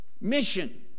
mission